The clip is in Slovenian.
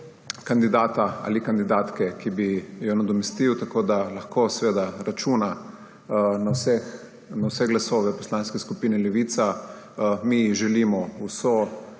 kandidata ali kandidatke, ki bi jo nadomestil, tako da lahko seveda računa na vse glasove Poslanske skupine Levica. Mi ji želimo vso